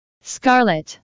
scarlet